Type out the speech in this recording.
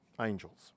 angels